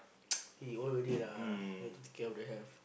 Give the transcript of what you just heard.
he old already lah need to take care of your health